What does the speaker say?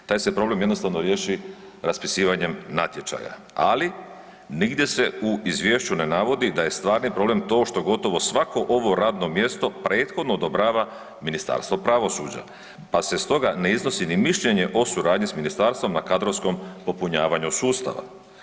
Taj se problem jednostavno riješi raspisivanjem natječaja, ali nigdje se u izvješću ne navodi da je stvari problem to što gotovo svako ovo radno mjesto prethodno odobrava Ministarstvo pravosuđa pa se stoga ne iznosi ni mišljenje o suradnji s ministarstvom na kadrovskom popunjavanju sustava.